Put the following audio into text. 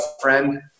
friend